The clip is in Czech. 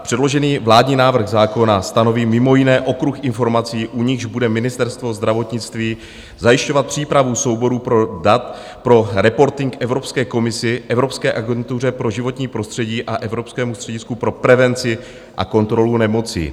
Předložený vládní návrh zákona stanoví mimo jiné okruh informací, u nichž bude Ministerstvo zdravotnictví zajišťovat přípravu souborů dat pro reporting Evropské komisi, Evropské agentuře pro životní prostředí a Evropskému středisku pro prevenci a kontrolu nemocí.